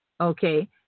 Okay